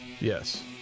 yes